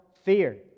fear